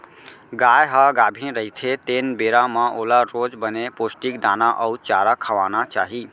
गाय ह गाभिन रहिथे तेन बेरा म ओला रोज बने पोस्टिक दाना अउ चारा खवाना चाही